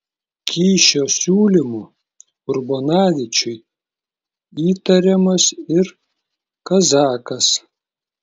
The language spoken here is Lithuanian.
kyšio siūlymu urbonavičiui įtariamas ir kazakas